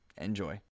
enjoy